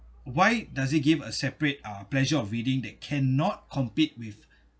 why does it give a separate uh pleasure of reading that cannot compete with